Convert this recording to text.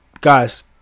guys